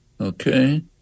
Okay